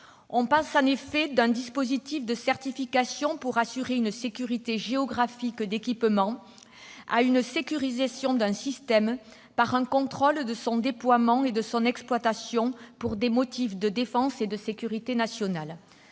On passe en effet d'un dispositif de certification pour assurer une sécurité géographique d'équipements à une sécurisation d'un système par un contrôle de son déploiement et de son exploitation pour des motifs de défense et de sécurité nationale.